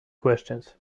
questions